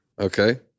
Okay